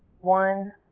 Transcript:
one